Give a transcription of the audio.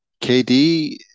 KD